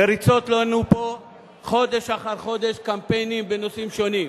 ומריצות לנו פה חודש אחר חודש קמפיינים בנושאים שונים.